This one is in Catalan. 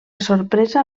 sorpresa